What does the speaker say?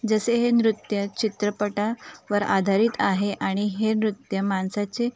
जसे हे नृत्य चित्रपटा वर आधारित आहे आणि हे नृत्य माणसाचे